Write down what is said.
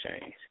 change